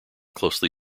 closely